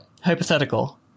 hypothetical